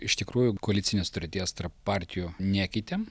iš tikrųjų koalicinės sutarties tarp partijų nekeitėm